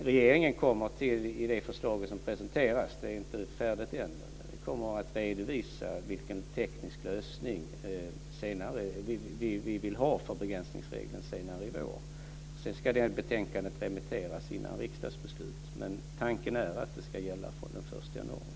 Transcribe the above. Regeringen kommer i det förslag som ska presenteras senare i vår - det är ännu inte färdigt - att redovisa vilken teknisk lösning som vi vill ha för begräsningsregeln. Sedan ska betänkandet remitteras innan riksdagen fattar beslut. Men tanken är att det ska gälla från den 1 januari.